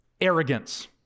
arrogance